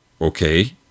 okay